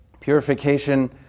purification